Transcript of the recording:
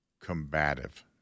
combative